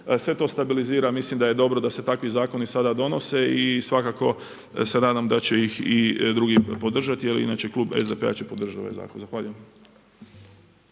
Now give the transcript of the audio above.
sve to stabilizira, mislim da je dobro da se takvi zakoni sada donose i svakako se nadam da će ih i drugi podržati, jer inače Klub SDP-a će podržati ovaj zakon. Zahvaljujem.